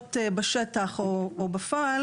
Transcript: נפוצות בשטח או בפועל.